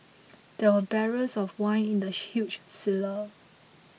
there were barrels of wine in the huge cellar